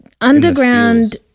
underground